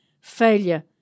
failure